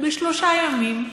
בשלושה ימים,